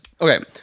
Okay